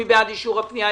מי בעד אישור הפנייה,